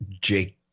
Jake